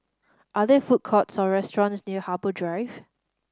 are there food courts or restaurants near Harbour Drive